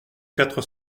quatre